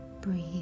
breathe